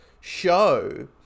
show